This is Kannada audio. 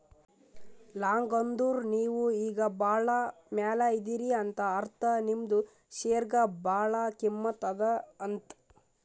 ಲಾಂಗ್ ಅಂದುರ್ ನೀವು ಈಗ ಭಾಳ ಮ್ಯಾಲ ಇದೀರಿ ಅಂತ ಅರ್ಥ ನಿಮ್ದು ಶೇರ್ಗ ಭಾಳ ಕಿಮ್ಮತ್ ಅದಾ ಅಂತ್